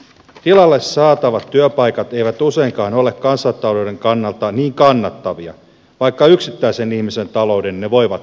tilalle saatavat työpaikat eivät useinkaan ole kansantalouden kannalta niin kannattavia vaikka yksittäisen ihmisen talouden ne voivatkin pelastaa